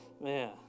man